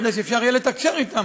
כדי שאפשר יהיה לתקשר אתם.